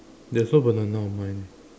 there's no banana on mine eh